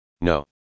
No